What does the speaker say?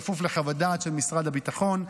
בכפוף לחוות דעת של משרד הביטחון,